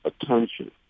attention